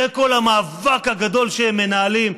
זה כל המאבק הגדול שהם מנהלים.